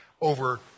over